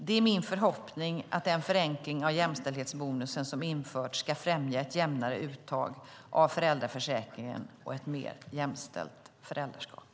Det är min förhoppning att den förenkling av jämställdhetsbonusen som införts ska främja ett jämnare uttag av föräldraförsäkringen och ett mer jämställt föräldraskap.